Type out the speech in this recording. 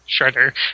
shredder